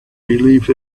believe